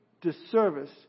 disservice